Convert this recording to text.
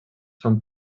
són